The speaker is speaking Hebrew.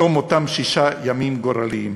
בתום אותם שישה ימים גורליים.